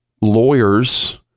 lawyers